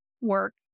work